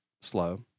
slow